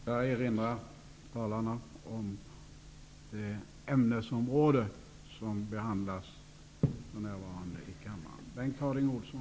Jag erinrar talarna om det ämnesområde som för närvarande behandlas i kammaren.